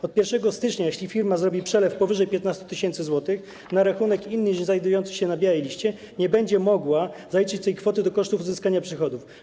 Od 1 stycznia, jeśli firma zrobi przelew powyżej 15 tys. zł na rachunek inny niż znajdujący się na białej liście, nie będzie mogła zaliczyć tej kwoty do kosztów uzyskania przychodów.